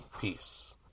Peace